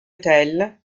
hotel